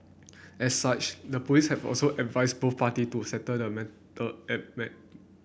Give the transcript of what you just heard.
as such the police have also advised both party to settle the matter